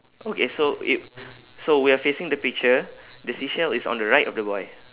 okay so i~ so we are facing the picture the seashell is on the right of the boy